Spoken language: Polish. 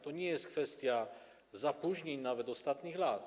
To nie jest kwestia zapóźnień nawet ostatnich lat.